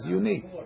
unique